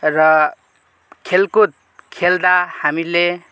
र खेलकुद खेल्दा हामीले